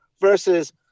versus